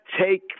take